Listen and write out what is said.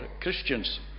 Christians